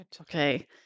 Okay